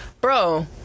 bro